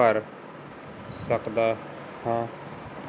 ਭਰ ਸਕਦਾ ਹਾਂ